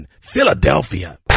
philadelphia